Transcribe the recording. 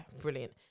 Brilliant